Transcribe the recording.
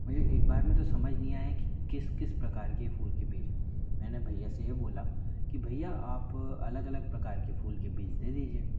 मुझे एक बार में तो समझ नहीं आया कि किस किस प्रकार के फूल के बीज मैंने भैया से भी बोला कि भैया आप अलग अलग प्रकार के फूल के बीज दे दीजिए